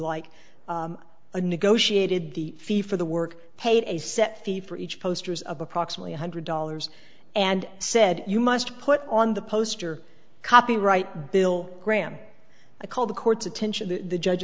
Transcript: like a negotiated the fee for the work paid a set fee for each posters of approximately one hundred dollars and said you must put on the poster copyright bill graham i call the court's attention to the judge